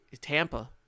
Tampa